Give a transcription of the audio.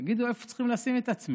תגידו, איפה אנחנו צריכים לשים את עצמנו,